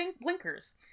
blinkers